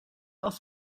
auf